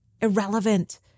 irrelevant